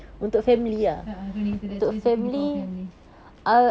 a'ah only specifically for our family